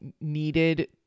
needed